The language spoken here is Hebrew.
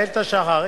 איילת השחר,